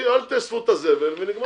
אל תאספו את הזבל, ונגמר הסיפור.